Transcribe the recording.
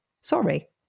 sorry